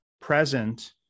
present